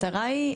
המטרה היא,